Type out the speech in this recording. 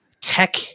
tech